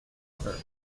ever